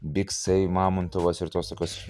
biksai mamontovas ir tos tokios